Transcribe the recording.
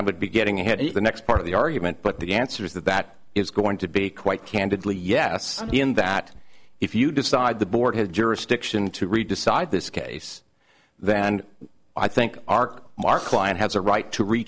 i would be getting ahead in the next part of the argument but the answer is that that is going to be quite candidly yes in that if you decide the board has jurisdiction to read decide this case then i think arc mark klein has a right to re